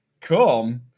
Cool